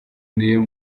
niyo